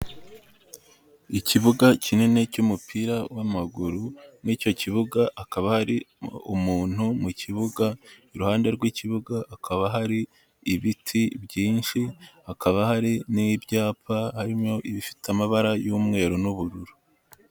Ikibuga kinini cy'umupira w'amaguru, muri icyo kibuga hakaba ari umuntu mu kibuga, iruhande rw'ikibuga hakaba hari ibiti byinshi, hakaba hari n'ibyapa harimo ibifite amabara y'umweru n'ubururu.